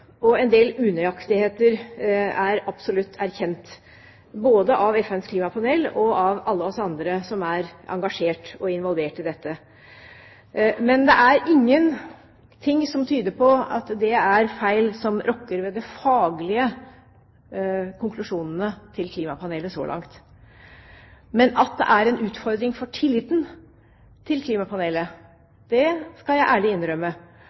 og en del unøyaktigheter er absolutt erkjent, både av FNs klimapanel og av alle oss andre som er engasjert og involvert i dette. Men det er ingenting som tyder på at det er feil som rokker ved klimapanelets faglige konklusjoner så langt. Men at det er en utfordring for tilliten til klimapanelet, skal jeg ærlig innrømme.